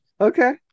Okay